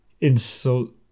insult